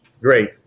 Great